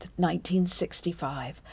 1965